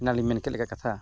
ᱚᱱᱟ ᱞᱤᱧ ᱢᱮᱱᱠᱮᱫ ᱞᱮᱠᱟ ᱠᱟᱛᱷᱟ